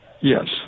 Yes